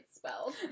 spelled